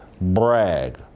brag